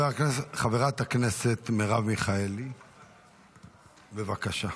חברת הכנסת מרב מיכאלי, בבקשה.